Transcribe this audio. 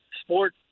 Sport